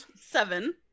seven